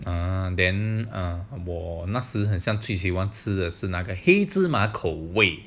and then ah 很像最喜欢吃的是那个黑芝麻口味